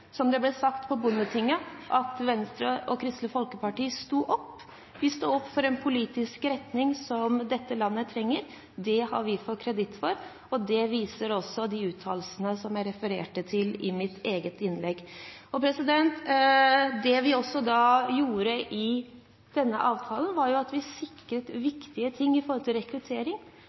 som det ble sagt på Bondetinget – at Venstre og Kristelig Folkeparti sto opp. Vi sto opp for en politisk retning som dette landet trenger. Det har vi fått kreditt for, og det viser også de uttalelsene jeg refererte til i mitt eget innlegg. Det vi også gjorde i denne avtalen, var at vi sikret viktige ting med tanke på rekruttering.